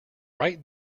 right